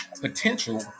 potential